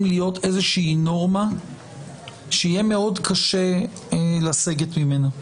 להיות נורמה שיהיה מאוד קשה לסגת ממנה.